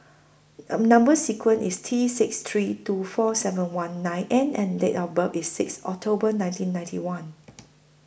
Number sequence IS T six three two four seven one nine N and Date of birth IS six October nineteen ninety one